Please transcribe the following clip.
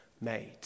made